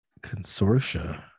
consortia